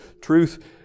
truth